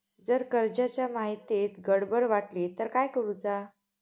जर कर्जाच्या माहितीत गडबड वाटली तर काय करुचा?